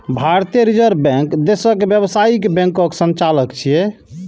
भारतीय reserve bank देशक व्यावसायिक बैंकक संचालक छियै